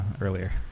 earlier